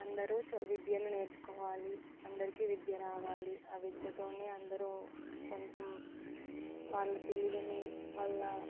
అందరూ విద్యను నేర్చుకోవాలి అందరికీ విద్య రావాలి ఆ విద్యతోనే అందరు కొంచెం వాళ్ళ తెలివిని వాళ్ళ